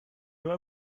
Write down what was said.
nur